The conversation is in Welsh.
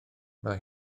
mae